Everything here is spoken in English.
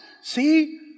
See